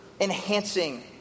enhancing